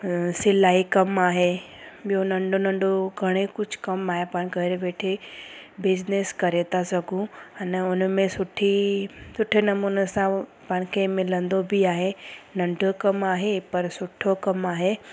अ सिलाई कमु आहे ॿियो नंढो नंढो घणे कुझु कमु आहे पाण घरु वेठे बिजनेस करे था सघूं अन हुन में सुठी सुठे नमूने सां उहो पाण खे मिलंदो बि आहे नंढो कमु आहे पर सुठो कमु आहे